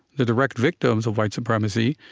the direct victims of white supremacy,